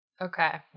Okay